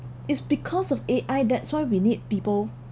it's because of A_I that's why we need people